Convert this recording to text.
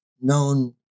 known